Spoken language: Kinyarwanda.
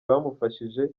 bamufashije